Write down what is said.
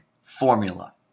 formula